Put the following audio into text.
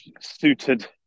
suited